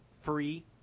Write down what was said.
free